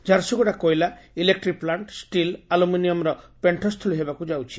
ଝାରସୁଗୁଡ଼ା କୋଇଲା ଇଲେକ୍ଟିପ୍ଲାଣ୍ ଷିଲ ଆଲୁମିନିୟନର ପେଣ୍ଷସ୍ଥଳୀ ହେବାକୁ ଯାଉଛି